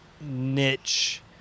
niche